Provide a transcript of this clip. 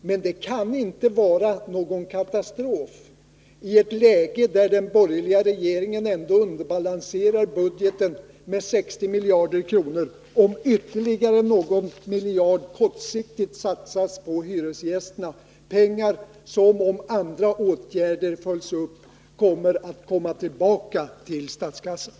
Men det kan inte innebära någon katastrof. i ett läge när den borgerliga regeringen ändå underbalanserar budgeten med 60 miljarder kronor, om ytterligare någon miljard kortsiktigt satsas på hyresgästerna — pengar som, om andra åtgärder följs upp, kommer att komma tillbaka till statskassan.